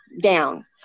down